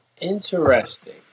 Interesting